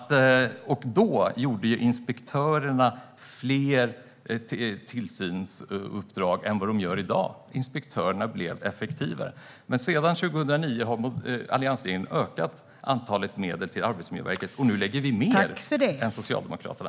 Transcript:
Tidigare gjorde inspektörerna fler tillsynsuppdrag än i dag. Inspektörerna blev effektivare. Men sedan 2009 har alliansregeringen ökat medlen till Arbetsmiljöverket, och nu lägger vi mer än Socialdemokraterna.